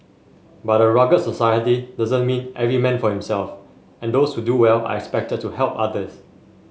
but a rugged society doesn't mean every man for himself and those who do well are expected to help others